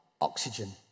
oxygen